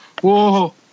whoa